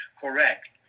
correct